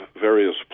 various